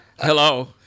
Hello